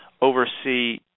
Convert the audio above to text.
oversee